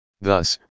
Thus